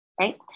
right